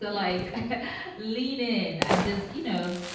ah like lean in and just, you know,